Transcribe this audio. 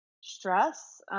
stress